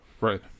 Right